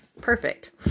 perfect